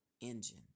engine